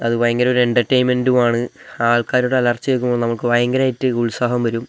അത് ഭയങ്കര ഒരു എൻ്റർടെയിൻമെൻറ്റുമാണ് ആൾക്കാരുടെ അലർച്ച കേൾക്കുമ്പം നമുക്ക് ഭയങ്കരമായിട്ട് ഉത്സാഹം വരും